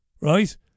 right